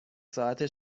ساعته